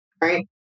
right